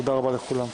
תודה רבה לכולם.